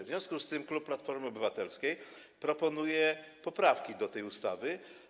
W związku z tym klub Platformy Obywatelskiej proponuje poprawki do tej ustawy.